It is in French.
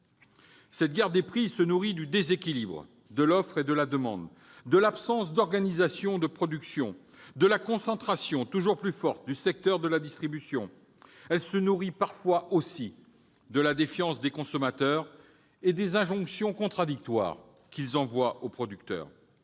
Cette guerre des prix se nourrit du déséquilibre de l'offre et de la demande, de l'absence d'organisation de la production, de la concentration toujours plus forte du secteur la distribution. Elle se nourrit aussi, parfois, de la défiance des consommateurs et des injonctions contradictoires qu'ils envoient aux producteurs.